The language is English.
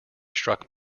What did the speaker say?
struck